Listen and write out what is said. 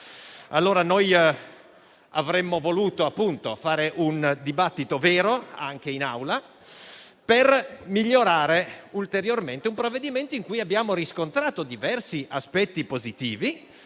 giustizia. Avremmo voluto svolgere un dibattito vero anche in Aula per migliorare ulteriormente un provvedimento in cui abbiamo riscontrato diversi aspetti positivi,